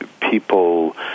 people